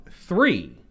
three